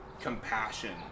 compassion